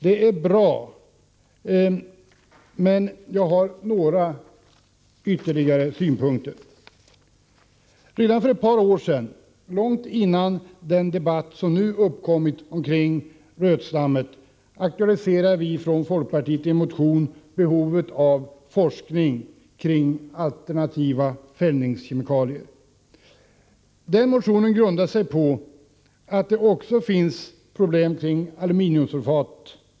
Det är bra, men jag har några ytterligare synpunkter. Redan för ett par år sedan, långt före den debatt som nu har uppkommit när det gäller rötslammet, pekade vi från folkpartiet i en motion på behovet av forskning kring alternativa fällningskemikalier. Den motionen grundade sig på att det också fanns problem beträffande aluminiumsulfat.